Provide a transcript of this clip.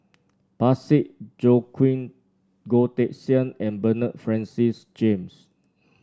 Parsick Joaquim Goh Teck Sian and Bernard Francis James